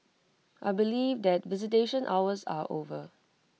I believe that visitation hours are over